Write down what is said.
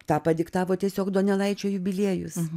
tą padiktavo tiesiog donelaičio jubiliejus